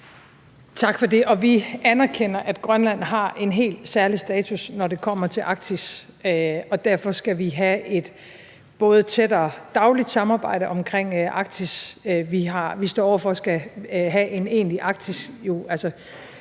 Tak for det. Vi anerkender, at Grønland har en helt særlig status, når det kommer til Arktis, og derfor skal vi bl.a. have et tættere dagligt samarbejde om Arktis. Vi står over for at skulle udvide vores